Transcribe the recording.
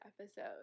episode